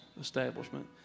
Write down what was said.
establishment